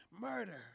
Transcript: murder